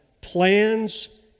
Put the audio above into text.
plans